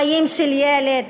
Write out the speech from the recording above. חיים של ילד,